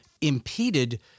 impeded